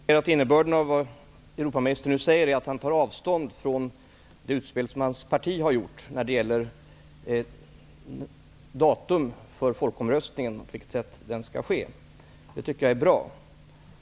Herr talman! Innebörden av det som Europaministern nu säger är att han tar avstånd från det utspel som hans parti har gjort när det gäller datum för folkomröstningen och på vilket sätt som denna skall ske. Det tycker jag är bra.